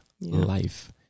life